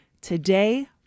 Today